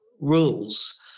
rules